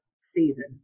season